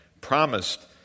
promised